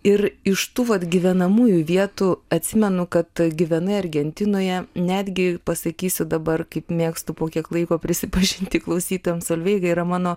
ir iš tų vat gyvenamųjų vietų atsimenu kad gyvenai argentinoje netgi pasakysiu dabar kaip mėgstu po kiek laiko prisipažinti klausytojams solveiga yra mano